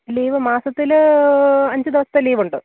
leave മാസത്തിൽ അഞ്ച് ദിവസത്തെ ലീവുണ്ട്